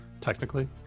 technically